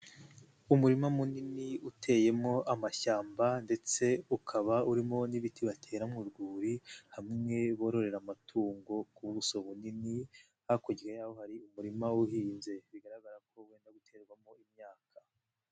Umurima munini uteyemo amashyamba ndetse ukaba urimo n'ibiti batera mu rwuri hamwe bororera amatungo ku buso bunini, hakurya yaho hari umurima ubuhinze; bigaragara ko wenda guterwamo imyaka.